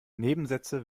nebensätze